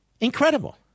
Incredible